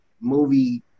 movie